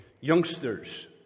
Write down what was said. Youngsters